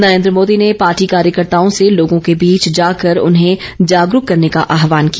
नरेंद्र मोदी ने पार्टी कार्यकर्ताओं से लोगों के बीच जाकर उन्हें जागरूक करने का आहवान किया